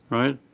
right?